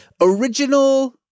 original